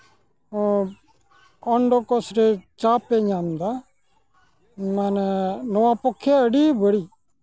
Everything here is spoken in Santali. ᱚᱱᱰᱚ ᱠᱳᱥ ᱨᱮ ᱪᱟᱯ ᱮ ᱧᱟᱢ ᱮᱫᱟ ᱢᱟᱱᱮ ᱱᱚᱣᱟ ᱯᱚᱠᱠᱷᱮ ᱟᱹᱰᱤ ᱵᱟᱹᱲᱤᱡ